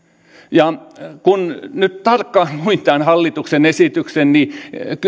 kun nyt tarkkaan luin tämän hallituksen esityksen niin